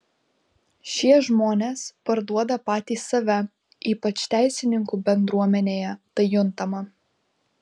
šie žmonės parduoda patys save ypač teisininkų bendruomenėje tai juntama